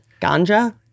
Ganja